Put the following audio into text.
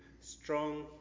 strong